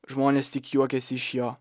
žmonės tik juokiasi iš jo